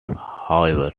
however